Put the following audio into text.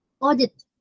audit